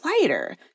lighter